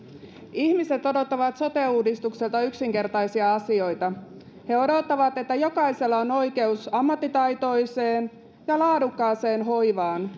ihmiset odottavat sote uudistukselta yksinkertaisia asioita he odottavat että jokaisella on oikeus ammattitaitoiseen ja laadukkaaseen hoivaan